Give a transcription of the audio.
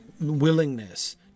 willingness